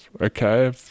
okay